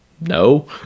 no